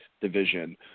division